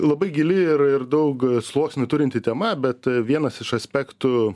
labai gili ir ir daug sluoksnių turinti tema bet vienas iš aspektų